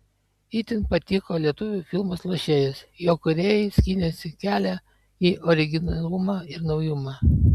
itin patiko lietuvių filmas lošėjas jo kūrėjai skynėsi kelią į originalumą ir naujumą